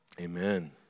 amen